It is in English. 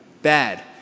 bad